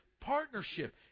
partnership